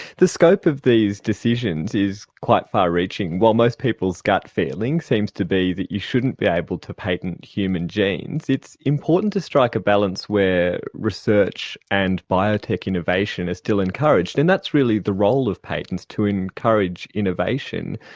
the scope of these decisions is quite far reaching. while most people's gut feeling seems to be that you shouldn't be able to patent human genes, it's important to strike a balance where research and biotech innovation are still encouraged, and that's really the role of patents, to encourage innovation.